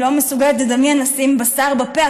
אני לא מסוגלת לדמיין לשים בשר בפה,